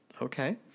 Okay